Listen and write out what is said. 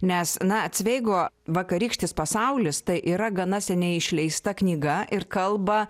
nes na cveigo vakarykštis pasaulis tai yra gana seniai išleista knyga ir kalba